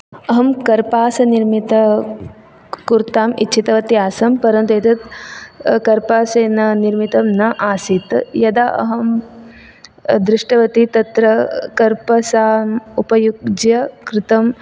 अहं कर्पासनिर्मितकुर्ताम् इच्छितवती आसम् परन्तु एतत् कर्पासेन निर्मितं न आसीत् यदा अहं दृष्टवती तत्र कर्पासां उपयुज्य कृतम्